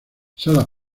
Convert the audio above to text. sala